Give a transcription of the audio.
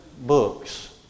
Books